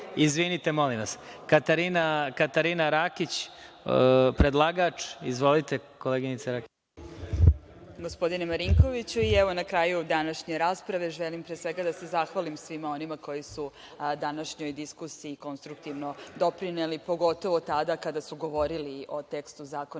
Izvinite, molim vas. Reč ima Katarina Rakić, predlagač. Izvolite. **Katarina Rakić** Hvala, gospodine Marinkoviću. Evo, na kraju današnje rasprave želim, pre svega, da se zahvalim svima onima koji su današnjoj diskusiji konstruktivno doprineli, pogotovo tada kada su govorili o tekstu zakona